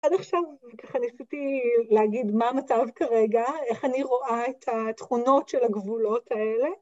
עד עכשיו ככה ניסיתי להגיד מה המצב כרגע, איך אני רואה את התכונות של הגבולות האלה.